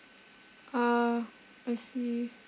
ah I see